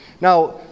Now